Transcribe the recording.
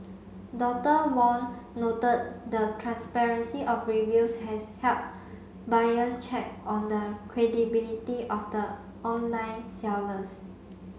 Doctor Wong noted the transparency of reviews has helped buyers check on the credibility of the online sellers